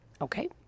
Okay